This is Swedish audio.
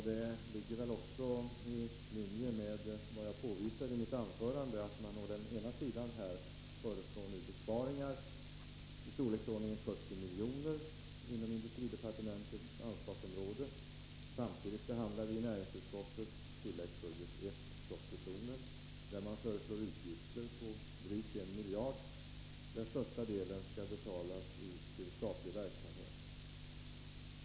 Det ligger väl också i linje med vad jag påvisade i mitt förra anförande, att man nu föreslår besparingar i storleksordningen 70 milj.kr. inom industridepartementets ansvarsområde, samtidigt som vi i näringsutskottet behandlar propositionen om anslag på tilläggsbudget I, där regering en föreslår utgifter på drygt en miljard, varav större delen skall betalas ut till statlig verksamhet.